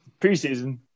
Preseason